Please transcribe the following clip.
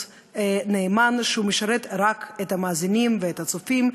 נאמן המשרת רק את המאזינים ואת הצופים,